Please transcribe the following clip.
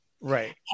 Right